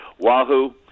wahoo